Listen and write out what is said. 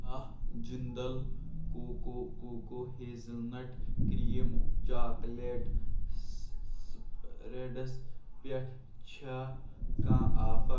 کیٛاہ Jindal cocoa cocoa hazelnut cream chocolate spreads پٮ۪ٹھ چھا کانٛہہ آفر